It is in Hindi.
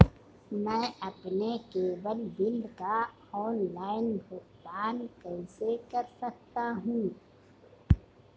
मैं अपने केबल बिल का ऑनलाइन भुगतान कैसे कर सकता हूं?